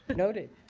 noted.